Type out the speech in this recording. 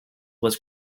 was